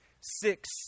six